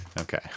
Okay